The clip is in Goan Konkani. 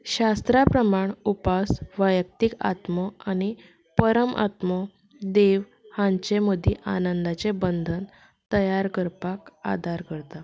शास्त्रां प्रमाण उपास वैयक्तीक आत्मो आनी परम आत्मो देव हांचे मदीं आनंदाचे बंधन तयार करपाक आदार करतात